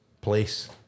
place